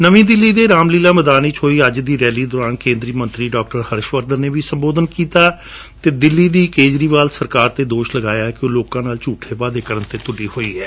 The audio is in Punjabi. ਨਵੀ ਦਿੱਲੀ ਦੇ ਰਾਮਲੀਲਾ ਮੈਦਾਨ ਵਿੱਚ ਹੋਈ ਅੱਜ ਦੀ ਰੈਲੀ ਦੌਰਾਨ ਕੇਂਦਰੀ ਮੰਤਰੀ ਡਾਕਟਰ ਹਰਸ਼ਵਰਧਨ ਨੇ ਵੀ ਸੰਬੋਧਿਤ ਕੀਤਾ ਅਤੇ ਦਿੱਲੀ ਦੀ ਕੇਜਰੀਵਾਲ ਸਰਕਾਰ ਤੇ ਦੋਸ਼ ਲਗਾਇਆ ਕਿ ਉਹ ਲੋਕਾਂ ਨਾਲ ਝੁਠੇ ਵਾਅਦੇ ਕਰਣ ਤੇ ਤੁਲੀ ਹੋਈ ਹੈ